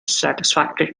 satisfactory